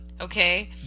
okay